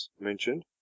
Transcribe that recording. mentioned